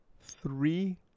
three